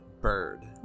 bird